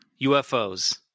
UFOs